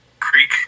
Creek